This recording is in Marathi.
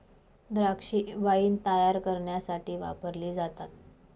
द्राक्षे वाईन तायार करण्यासाठी वापरली जातात